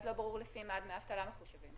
אז לא ברור לפי מה דמי האבטלה מחושבים,